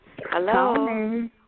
Hello